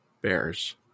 bears